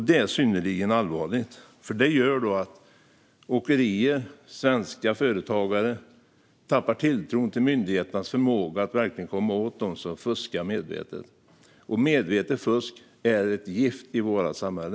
Det är synnerligen allvarligt eftersom det gör att svenska åkerier och företagare tappar tilltron till myndigheternas förmåga att verkligen komma åt dem som fuskar medvetet, och medvetet fusk är ett gift i vårt samhälle.